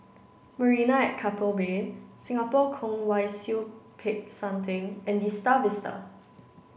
Marina at Keppel Bay Singapore Kwong Wai Siew Peck San Theng and The Star Vista